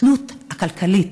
התלות הכלכלית.